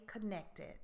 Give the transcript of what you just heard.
connected